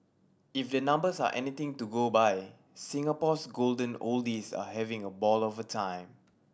if the numbers are anything to go by Singapore's golden oldies are having a ball of a time